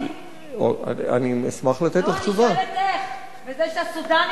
בזה שמביאים את הסודנים